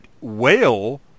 whale